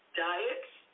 diets